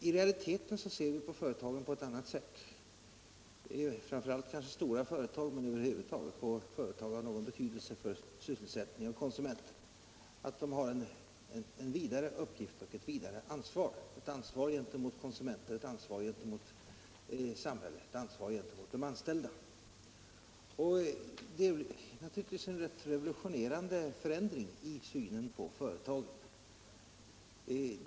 I realiteten ser vi på företagen på ett annat sätt, framför allt kanske när det gäller stora företag men över huvud taget när det gäller företag av någon betydelse för sysselsättningen och konsumenterna, nämligen att företagen har en vidare uppgift och ett vidare ansvar — ett ansvar gentemot konsumenterna, ett ansvar gentemot samhället och ett ansvar gentemot de anställda. Det är naturligtvis en rätt revolutionerande förändring i synen på företagen.